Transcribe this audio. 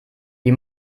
die